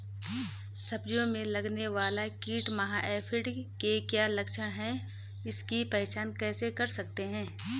सब्जियों में लगने वाला कीट माह एफिड के क्या लक्षण हैं इसकी पहचान कैसे कर सकते हैं?